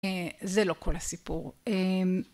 זה לא כל הסיפור.